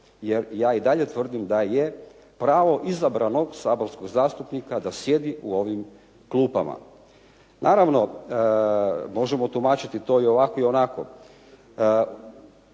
jer ja i dalje tvrdim da je pravo izabranog saborskog zastupnika da sjedi u ovim klupama. Naravno, možemo tumačiti i ovako i onako.